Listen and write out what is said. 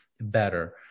better